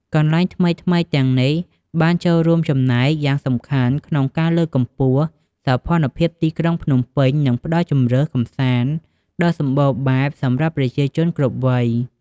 កន្លែងថ្មីៗទាំងនេះបានចូលរួមចំណែកយ៉ាងសំខាន់ក្នុងការលើកកម្ពស់សោភ័ណភាពទីក្រុងភ្នំពេញ និងផ្តល់ជម្រើសកម្សាន្តដ៏សម្បូរបែបសម្រាប់ប្រជាជនគ្រប់វ័យ។